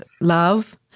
love